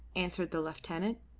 answered the lieutenant.